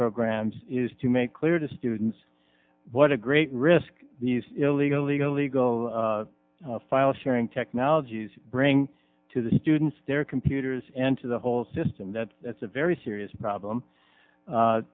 programs is to make clear to students what a great risk these illegal legal eagle file sharing technologies bring to the students their computers and to the whole system that that's a very serious problem